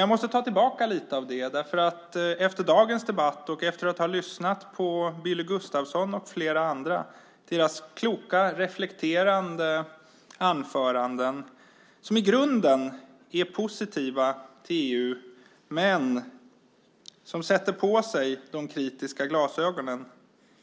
Jag måste dock ta tillbaka lite av detta efter dagens debatt och efter att ha lyssnat på de kloka och reflekterande anförandena från Billy Gustafsson och flera andra som i grunden är positiva till EU men som sätter på sig de kritiska glasögonen.